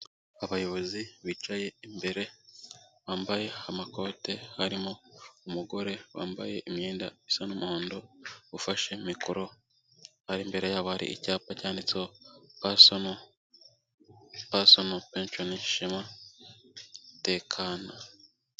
Abayobozi bicaye imbere bambaye amakote harimo umugore wambaye imyenda isa n'umuhondo ufashe mikoro ari imbere yabo, hari icyapa cyanditseho pasono penshoni shema deyi kani.